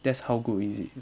that's how good is it